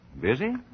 Busy